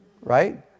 Right